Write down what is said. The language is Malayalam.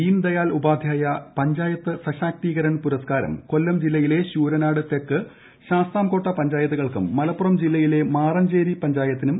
ദീൻദയാൽ ഉപാധ്യായ പഞ്ചായത്ത് സശാക്തീകരൻ പുരസ്ക്കൂ്ടരു് കൊല്ലം ജില്ലയിലെ ശൂരനാട് തെക്ക് ശാസ്താംകോട്ട പഞ്ചായത്തുകൾക്കും മലപ്പുറം ജില്ലയിലെ മാറഞ്ചേരി പഞ്ചായത്തിനും